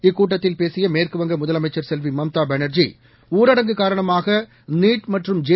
இக்கூட்டத்தில் பேசிய மேற்குவங்க முதலமைக்சர் செல்வி மம்தா பானர்ஜி ஊரடங்கு காரணமாக நீட் மற்றும் ஜே